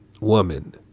woman